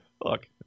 Look